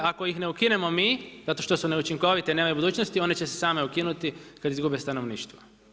Ako ih ne ukinemo mi zato što su neučinkovite, nemaju budućnosti, one će se same ukinuti kad izgube stanovništvo.